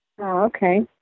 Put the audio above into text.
okay